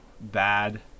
bad